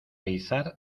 izar